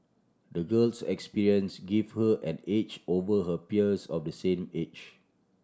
the girl's experience gave her an edge over her peers of the same age